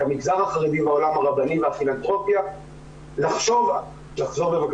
את המגזר החרדי והעולם הרבני והפילנתרופיה לחשוב --- כשאנחנו